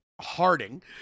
harding